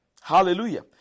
Hallelujah